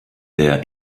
der